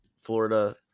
Florida